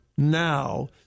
Now